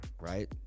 right